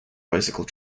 bicycle